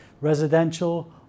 residential